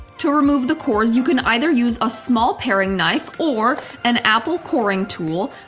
to remove the course you can either use a small paring knife or an apple coring tool,